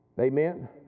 Amen